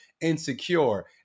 insecure